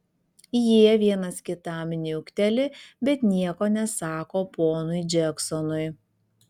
jie vienas kitam niukteli bet nieko nesako ponui džeksonui